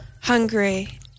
Hungry